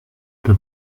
the